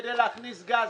כדי להכניס גז.